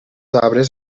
obres